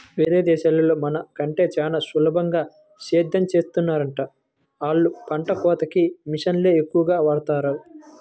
యేరే దేశాల్లో మన కంటే చానా సులభంగా సేద్దెం చేత్తన్నారంట, ఆళ్ళు పంట కోతకి మిషన్లనే ఎక్కువగా వాడతన్నారు